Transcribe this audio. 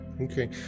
Okay